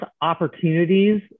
opportunities